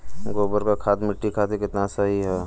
गोबर क खाद्य मट्टी खातिन कितना सही ह?